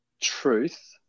truth